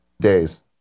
days